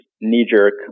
knee-jerk